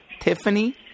Tiffany